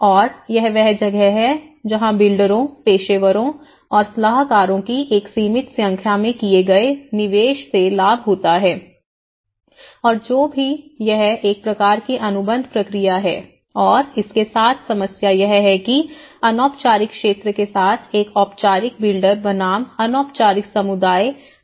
और यह वह जगह है जहां बिल्डरों पेशेवरों और सलाहकारों की एक सीमित संख्या में किए गए निवेश से लाभ होता है और जो भी हो यह एक प्रकार की अनुबंध प्रक्रिया है और इसके साथ समस्या यह है कि अनौपचारिक क्षेत्र के साथ एक औपचारिक बिल्डर बनाम अनौपचारिक समुदाय कहां है